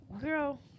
girl